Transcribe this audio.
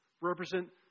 represent